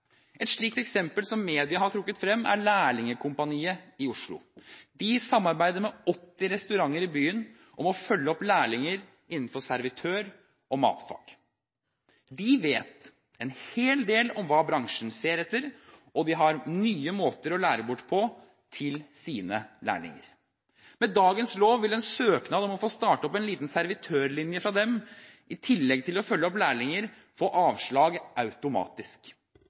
Et slikt eksempel – som media har trukket frem – er Lærlingekompaniet i Oslo. De samarbeider med 80 restauranter i byen om å følge opp lærlinger innenfor servitørfag og matfag. De vet en hel del om hva bransjen ser etter, og de har nye måter å lære bort på til sine lærlinger. Med dagens lov vil en søknad fra dem om å få starte opp en liten servitørlinje, i tillegg til å følge opp lærlinger, få avslag automatisk.